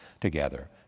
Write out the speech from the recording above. together